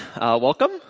welcome